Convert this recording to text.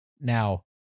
Now